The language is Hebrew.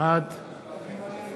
בעד